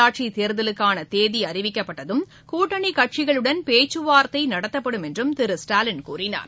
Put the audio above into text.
உள்ளாட்சி தேர்தலுக்கான தேதி அறிவிக்கப்பட்டதும் கூட்டணி கட்சிகளுடன் பேச்சுவார்த்தை நடத்தப்படும் என்று திரு ஸ்டாலின் கூறினார்